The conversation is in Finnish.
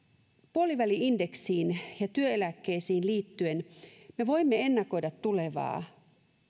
puoliväli indeksiin ja työeläkkeisiin liittyen me voimme ennakoida tulevaa